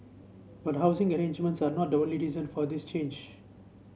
but housing arrangements are not the only reason for this change